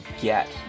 get